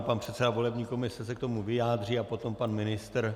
Ano, pan předseda volební komise se k tomu vyjádří a potom pan ministr.